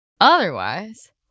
otherwise